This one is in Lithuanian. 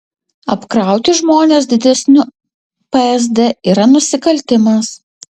apkrauti žmones didesniu psd yra nusikaltimas